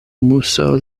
muso